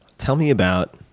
tell me about